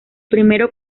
primero